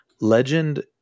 legend